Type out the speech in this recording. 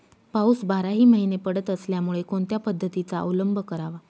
पाऊस बाराही महिने पडत असल्यामुळे कोणत्या पद्धतीचा अवलंब करावा?